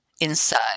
inside